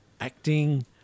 acting